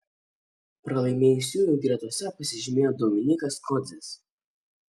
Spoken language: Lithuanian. pralaimėjusiųjų gretose pasižymėjo dominykas kodzis